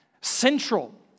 central